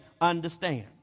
understand